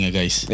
guys